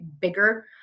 bigger